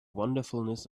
wonderfulness